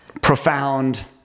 profound